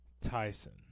Tyson